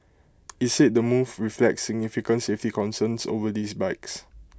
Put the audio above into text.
it's said the move reflects significant safety concerns over these bikes